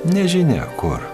nežinia kur